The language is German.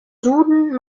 duden